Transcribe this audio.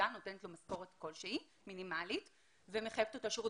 משכורת כלשהי מינימלית ומחייבת אותו בשירות.